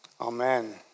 Amen